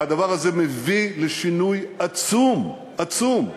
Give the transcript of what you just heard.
והדבר הזה מביא לשינוי עצום, עצום.